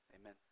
amen